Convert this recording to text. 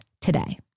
today